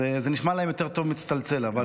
זה נשמע להם, מצטלצל יותר טוב.